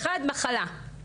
מחלה.